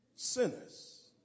sinners